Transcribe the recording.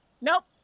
nope